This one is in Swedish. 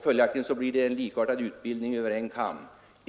Följaktligen blir det likartad utbildning, där alla skärs över en kam.